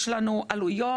יש לנו עלויות,